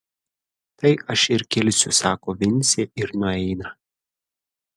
tai aš ir kilsiu sako vincė ir nueina